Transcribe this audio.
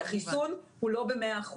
כי החיסון הוא לא ב-100%,